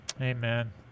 Amen